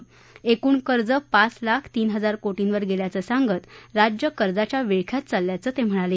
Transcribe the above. तर एकूण कर्ज पाच लाख तीन हजार कोटींवर गेल्याच सांगत राज्य कर्जाच्या विळख्यात चालल्याचं ते म्हणाले